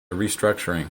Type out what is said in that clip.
restructuring